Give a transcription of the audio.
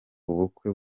ubukwe